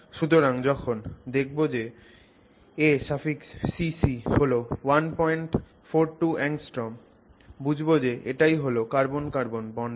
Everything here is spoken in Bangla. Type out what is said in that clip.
সুতরাং যখন দেখবো যে acc হল 142 angstroms বুঝবো যে এটাই হল carbon carbon bond length